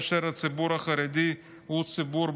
כאשר הציבור החרדי הוא ציבור,